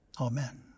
Amen